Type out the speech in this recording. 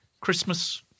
Christmas